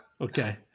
Okay